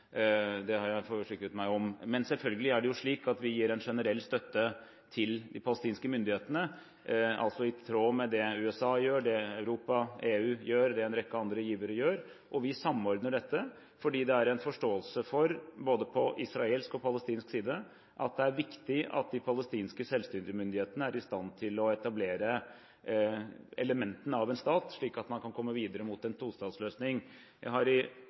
Det har jeg forsikret meg om. Men selvfølgelig er det slik at vi gir en generell støtte til de palestinske myndighetene, altså i tråd med det USA gjør, med det Europa, EU, gjør, og med det en rekke andre givere gjør. Vi samordner dette, fordi det både på israelsk og palestinsk side er en forståelse for at det er viktig at de palestinske selvstyremyndighetene er i stand til å etablere elementene av en stat, slik at man kan komme videre mot en tostatsløsning. Jeg har i